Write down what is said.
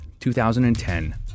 2010